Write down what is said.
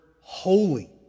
holy